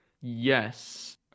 Yes